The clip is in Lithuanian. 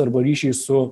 arba ryšiai su